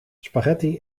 spaghetti